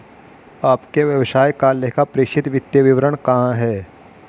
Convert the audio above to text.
आपके व्यवसाय का लेखापरीक्षित वित्तीय विवरण कहाँ है?